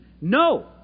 No